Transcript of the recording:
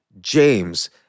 James